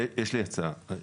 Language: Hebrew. יש לי הצעה.